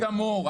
בסדר גמור.